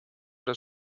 das